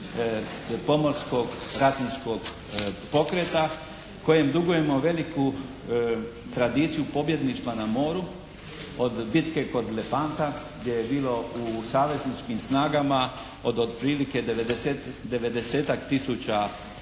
pomorskog ratničkog pokreta kojem dugujemo veliku tradiciju pobjedništva na moru od bitke kod Lefanta gdje je bilo u savezničkim snagama od otprilike 90-tak